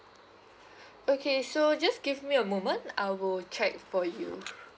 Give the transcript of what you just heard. okay so just give me a moment I'll check for you